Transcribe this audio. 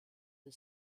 der